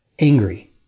angry